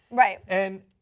right. and,